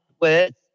words